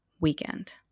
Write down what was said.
weekend